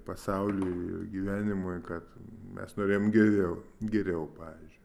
pasauliui gyvenimui kad mes norėjom geriau geriau pavyzdžiui